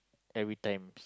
every times